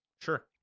Sure